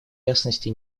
ясности